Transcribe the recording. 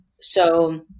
So-